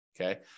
okay